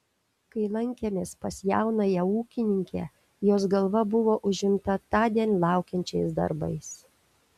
kai lankėmės pas jaunąją ūkininkę jos galva buvo užimta tądien laukiančiais darbais